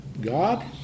God